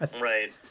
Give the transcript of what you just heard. Right